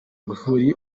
ruhuri